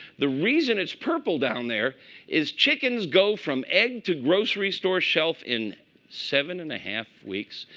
the reason it's purple down there is chickens go from egg to grocery store shelf in seven and a half weeks,